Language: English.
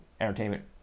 entertainment